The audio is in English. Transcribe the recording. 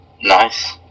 Nice